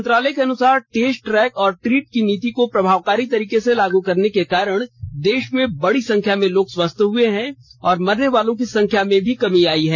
मंत्रालय के अनुसार टेस्ट ट्रैक और ट्रीट की नीति को प्रभावकारी तरीके से लागू करने के कारण देश में बड़ी संख्या में लोग स्वस्थ हए हैं और मरने वालों की संख्या में कमी आई है